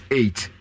eight